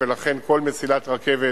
ולכן כל מסילת רכבת